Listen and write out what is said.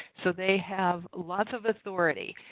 so they have lots of authority.